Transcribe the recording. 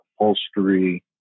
upholstery